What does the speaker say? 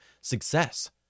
success